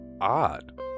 odd